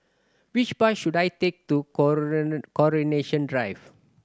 which bus should I take to Coronation Drive